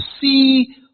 see